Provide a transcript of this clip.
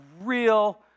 real